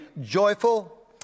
joyful